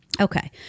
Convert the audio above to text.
Okay